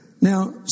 Now